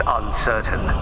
uncertain